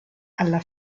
alla